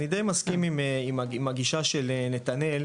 אני די מסכים עם הגישה של נתנאל,